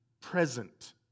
present